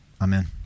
Amen